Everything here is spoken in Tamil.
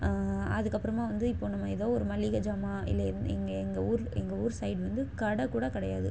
அதுக்கப்புறமாக வந்து இப்போது நம்ம ஏதோ ஒரு மளிகை சாமான் இல்லை எந் எங்கள் எங்கள் ஊர் எங்கள் ஊர் சைட் வந்து கடை கூட கிடையாது